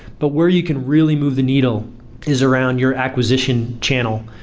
but where you can really move the needle is around your acquisition channel.